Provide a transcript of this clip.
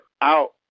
out